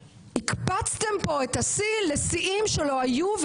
הקפצתם פה את השיא לשיאים שלא היו.